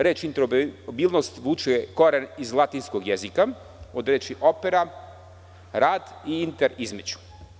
Reč – interoperabilnost vuče koren iz latinskog jezika, od reči opera, rad i inter između.